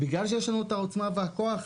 בגלל שיש לנו את העוצמה והכוח הזה,